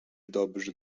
dobrzy